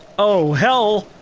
oh hell.